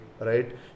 right